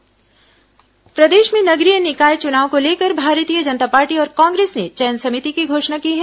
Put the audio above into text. नगरीय निकाय चुनाव प्रदेश में नगरीय निकाय चुनाव को लेकर भारतीय जनता पार्टी और कांग्रेस ने चयन समिति की घोषणा की है